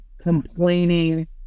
complaining